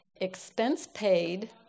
expense-paid